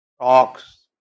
talks